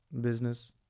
business